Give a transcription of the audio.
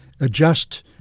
adjust